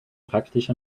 praktisch